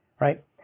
right